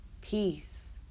Peace